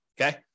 okay